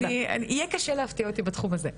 יהיה קשה מאוד להפתיע אותי בתחום הזה,